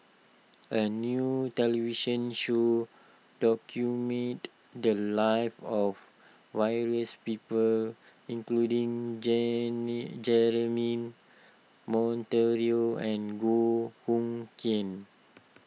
a new television show documented the lives of various people including Jemmy Jeremy Monteiro and Goh Hood Keng